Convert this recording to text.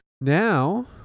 Now